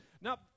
Now